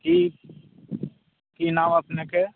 की की नाम अपने के